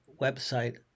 website